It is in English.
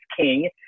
king